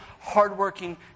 hardworking